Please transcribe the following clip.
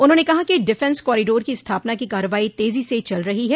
उन्होंने कहा कि डिफेंस कॉरीडोर की स्थापना की कार्यवाही तेजी से चल रही है